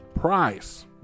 price